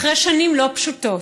אחרי שנים לא פשוטות,